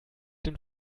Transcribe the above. den